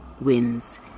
wins